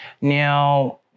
Now